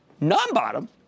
non-bottom